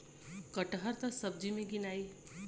कटहल त सब्जी मे गिनाई